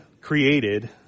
created